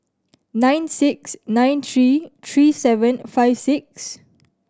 nine six nine three three seven five six